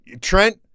Trent